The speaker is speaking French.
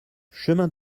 chemin